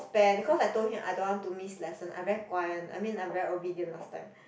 bad because I told him I don't want to miss lesson I very guai one I mean I'm very obedient last time